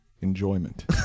enjoyment